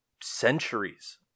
centuries